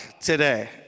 today